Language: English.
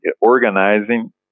organizing